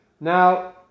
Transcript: Now